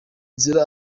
nzira